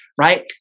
right